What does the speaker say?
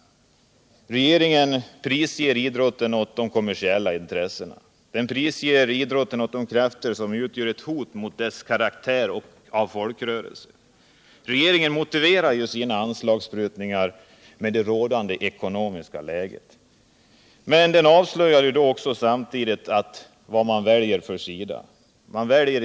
Regeringen prisger idrotten åt de kommersiella intressena. Den prisger idrotten åt de krafter som utgör ett hot mot idrottens karaktär av folkrörelse. Regeringen motiverar ju sina anslagsprutningar med det rådande ekonomiska läget, men den avslöjar samtidigt vilken sida den väljer.